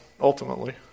ultimately